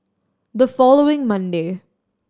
the following Monday